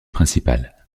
principale